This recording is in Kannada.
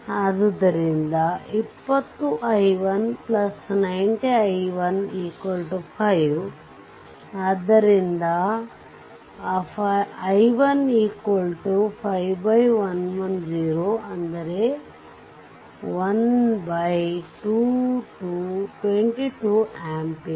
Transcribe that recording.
ಆದ್ದರಿಂದ 10i90i2 50 10i1 i290i2 50 ಆದರೆ i2 i1 20 i190 i15 ಆದುದರಿಂದ i15110122amps i2 122amps ಆಗಿದೆ